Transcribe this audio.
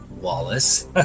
Wallace